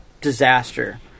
disaster